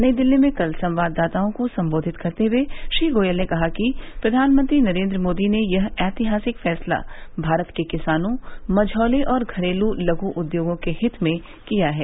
नई दिल्ली में कल संवाददाताओं को संबोधित करते हुए श्री गोयल ने कहा कि प्रधानमंत्री नरेंद्र मोदी ने यह ऐतिहासिक फैसला भारत के किसानों मझौले और घरेलू लघु उद्योगों के हित में किया है